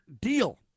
deal